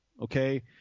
okay